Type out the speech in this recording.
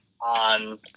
on